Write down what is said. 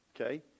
Okay